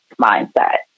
mindset